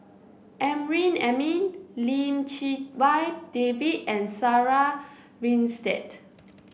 Amrin Amin Lim Chee Wai David and Sarah Winstedt